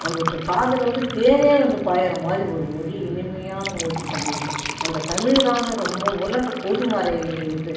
நம்மளுக்கு காதில் வந்து தேன் வந்து பாயுற மாதிரி ஒரு மொழி இனிமையான மொழி தமிழ் அந்த தமிழ்தாங்க ரொம்ப உலகப் பொதுமறையின்ட்டு